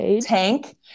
tank